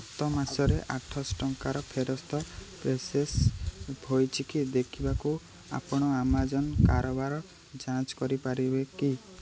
ଗତ ମାସରେ ଆଠଶହ ଟଙ୍କାର ଫେରସ୍ତ ପ୍ରସେସ୍ ହେଇଛି କି ଦେଖିବାକୁ ଆପଣ ଆମାଜନ୍ କାରବାର ଯାଞ୍ଚ କରିପାରିବେ କି